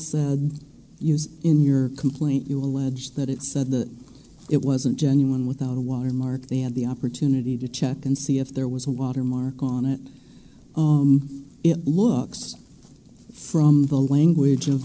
use in your complaint you allege that it said that it wasn't genuine without a watermark they had the opportunity to check and see if there was a watermark on it it looks from the language of